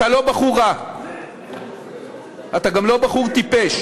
אתה לא בחור רע, אתה גם לא בחור טיפש.